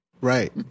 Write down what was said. right